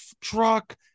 truck